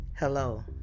Hello